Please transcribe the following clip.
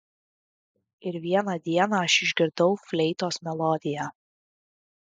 ir vieną dieną aš išgirdau fleitos melodiją